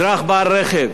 אזרח בעל רכב